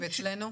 ואצלנו?